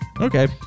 Okay